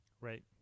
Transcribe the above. Right